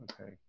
Okay